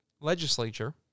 legislature